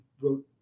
wrote